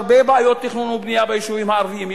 יש הרבה בעיות תכנון ובנייה ביישובים הערביים.